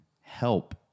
help